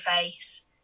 face